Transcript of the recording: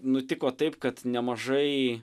nutiko taip kad nemažai